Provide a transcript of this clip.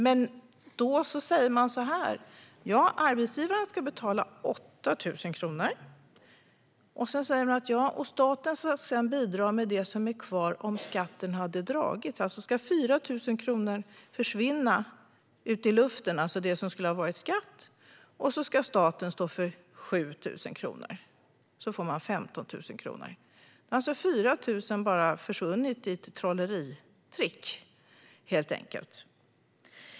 Man säger att arbetsgivaren ska betala 8 000 kronor och att staten sedan ska bidra med det som är kvar om skatten hade dragits. Alltså ska 4 000 kronor försvinna ut i luften, det som skulle ha varit skatt, och så ska staten stå för 7 000 kronor. Då får man 15 000 kronor. Det är 4 000 kronor som har försvunnit i ett trolleritrick, helt enkelt.